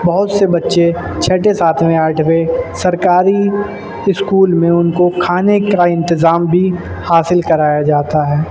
بہت سے بچے چھٹے ساتویں آٹھویں سرکاری اسکول میں ان کو کھانے کا انتظام بھی حاصل کرایا جاتا ہے